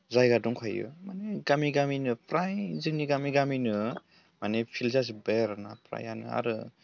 जायगा दंखायो माने गामि गामियाव फ्राय जोंनि गामि गामिनो माने फिल्ड जाजोब्बाय आरो ना फ्रायानो आरो